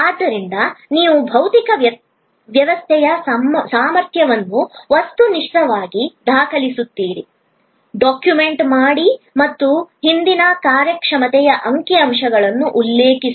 ಆದ್ದರಿಂದ ನೀವು ಭೌತಿಕ ವ್ಯವಸ್ಥೆಯ ಸಾಮರ್ಥ್ಯವನ್ನು ವಸ್ತುನಿಷ್ಠವಾಗಿ ದಾಖಲಿಸುತ್ತೀರಿ ಡಾಕ್ಯುಮೆಂಟ್ ಮಾಡಿ ಮತ್ತು ಹಿಂದಿನ ಕಾರ್ಯಕ್ಷಮತೆಯ ಅಂಕಿಅಂಶಗಳನ್ನು ಉಲ್ಲೇಖಿಸಿ